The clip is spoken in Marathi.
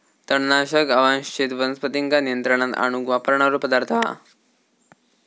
तणनाशक अवांच्छित वनस्पतींका नियंत्रणात आणूक वापरणारो पदार्थ हा